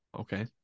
Okay